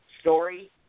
story